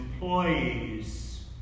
employees